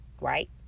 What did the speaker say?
right